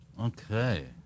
okay